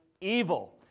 evil